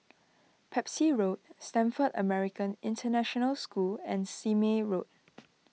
Pepys Road Stamford American International School and Sime Road